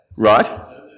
Right